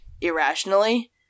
irrationally